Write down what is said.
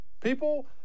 People